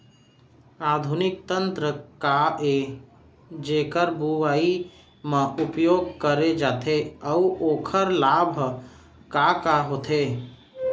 आधुनिक यंत्र का ए जेकर बुवाई म उपयोग करे जाथे अऊ ओखर लाभ ह का का होथे?